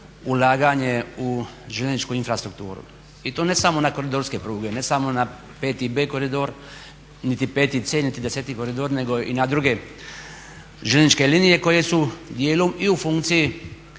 ulaganje u željezničku infrastrukturu i to ne samo na koridorske pruge, ne samo na 5B koridor, ni 5C, niti deseti koridor nego i na druge željezničke linije koje su dijelom i u funkciji